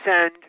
send